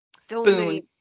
spoon